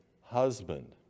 husband